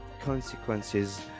consequences